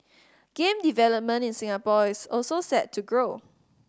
game development in Singapore is also set to grow